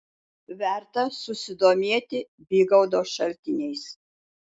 verta susidomėti bygaudo šaltiniais